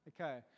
okay